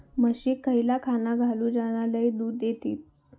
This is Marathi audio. म्हशीक खयला खाणा घालू ज्याना लय दूध देतीत?